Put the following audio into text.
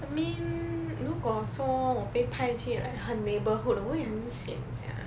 I mean 如果说我被派去 like 很 neighbourhood 的我会很 sian sia